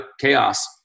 chaos